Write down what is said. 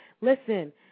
Listen